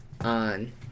on